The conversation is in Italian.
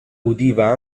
udiva